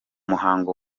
muhango